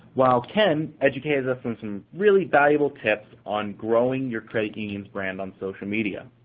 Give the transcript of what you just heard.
while ken educated us on some really valuable tips on growing your credit union's brand on social media.